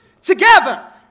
together